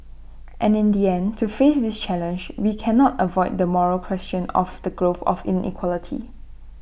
and in the end to face this challenge we cannot avoid the moral question of the growth of inequality